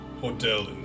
hotel